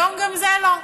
היום גם זה לא,